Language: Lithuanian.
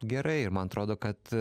gerai ir man atrodo kad